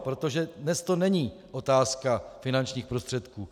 Protože dnes to není otázka finančních prostředků.